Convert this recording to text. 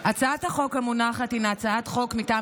הצעת החוק המונחת היא הצעת חוק מטעם